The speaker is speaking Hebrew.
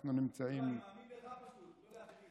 אנחנו נמצאים, לא, אני מאמין לך פשוט, לא לאחרים.